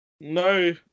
No